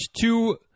two